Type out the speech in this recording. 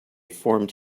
formed